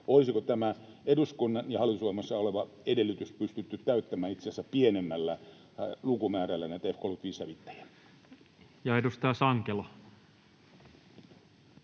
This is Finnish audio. Olisiko tämä eduskunnan ja hallitusohjelmassa oleva edellytys pystytty täyttämään itse asiassa pienemmällä lukumäärällä näitä F-35-hävittäjiä? Ja edustaja Sankelo.